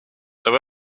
there